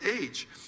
age